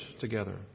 together